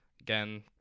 again